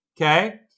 Okay